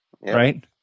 Right